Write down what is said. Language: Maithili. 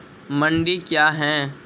मंडी क्या हैं?